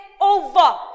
over